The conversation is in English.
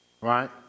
Right